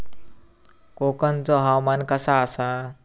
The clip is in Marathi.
कोकनचो हवामान कसा आसा?